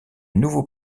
nouveau